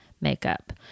makeup